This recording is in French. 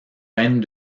vingt